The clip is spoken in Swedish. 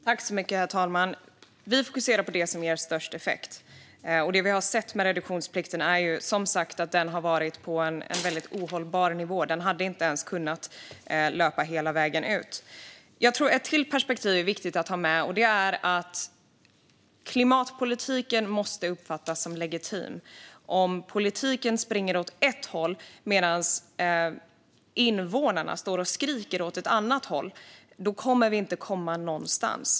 Herr talman! Vi fokuserar på det som ger störst effekt. Det vi har sett med reduktionsplikten är att den har varit på en väldigt ohållbar nivå. Den hade inte ens kunnat löpa hela vägen ut. Det är viktigt att ha med ett perspektiv till. Klimatpolitiken måste uppfattas som legitim. Om politiken springer åt ett håll medan invånarna står och skriker åt ett annat håll kommer vi inte att komma någonstans.